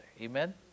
Amen